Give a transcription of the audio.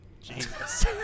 Jesus